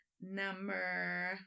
Number